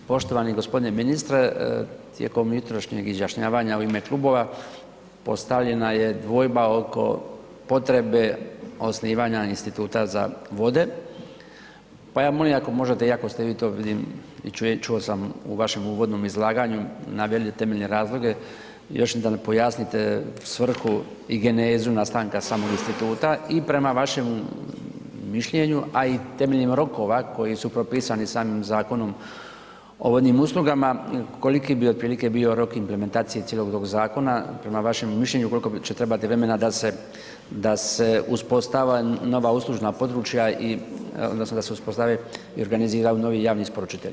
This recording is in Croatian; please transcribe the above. Poštovani gospodine ministre tijekom jutrošnjeg izjašnjavanja u ime klubova postavljena je dvojba oko potrebe osnivanja instituta za vode, pa ja molim ako možete iako ste vi to vidim i čuo sam u vašem uvodnom izlaganju naveli temeljne razloge još da pojasnite svrhu i genezu nastanka samog instituta i prema vašem mišljenju, a i temeljem roka koji su propisani samim Zakonom o vodnim uslugama koliki bi otprilike bio rok implementacije cijelog tog zakona, prema vašemu mišljenju koliko će trebati vremena da, da se uspostava nova uslužna područja i odnosno da se uspostave i organiziraju novi javni isporučitelji?